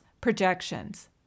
projections